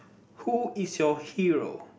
who is your hero